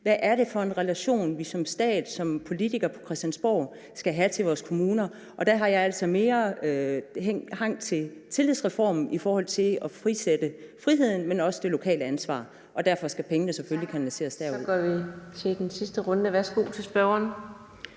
hvad det er for den relation, vi som stat, som politikere på Christiansborg skal have til vores kommuner. Der har jeg altså mere hang til tillidsreformen i forhold til at frisætte friheden, men også det lokale ansvar, og derfor skal pengene selvfølgelig kanaliseres derud. Kl. 16:40 Anden næstformand (Karina Adsbøl):